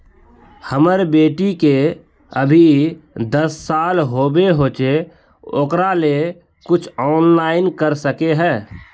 हमर बेटी के अभी दस साल होबे होचे ओकरा ले कुछ ऑनलाइन कर सके है?